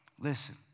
Listen